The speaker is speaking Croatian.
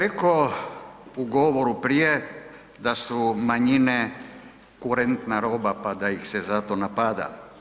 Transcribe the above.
Neko je reko u govoru prije da su manjine kurentna roba pa da ih se zato napada.